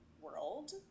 world